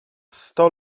sto